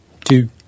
two